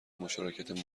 مشارکت